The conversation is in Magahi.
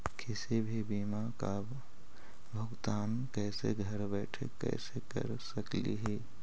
किसी भी बीमा का भुगतान कैसे घर बैठे कैसे कर स्कली ही?